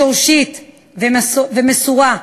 שורשית ומסורה,